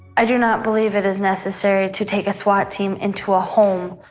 i do not believe it is necessary to take a swat team into a home,